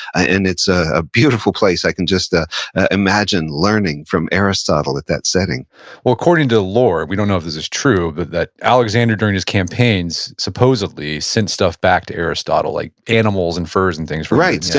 ah and it's a ah beautiful place. i can just ah imagine learning from aristotle at that setting well, according to lore, we don't know if this is true, but that alexander, during his campaigns, supposedly sent stuff back to aristotle, like animals and furs and things for him right, so